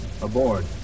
aboard